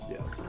Yes